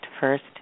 first